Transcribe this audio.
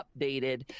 updated